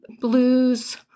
blues